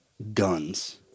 Guns